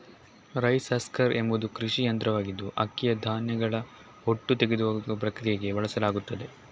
rice husker ಎಂಬುದು ಕೃಷಿ ಯಂತ್ರವಾಗಿದ್ದು ಅಕ್ಕಿಯ ಧಾನ್ಯಗಳ ಹೊಟ್ಟು ತೆಗೆದುಹಾಕುವ ಪ್ರಕ್ರಿಯೆಗೆ ಬಳಸಲಾಗುತ್ತದೆ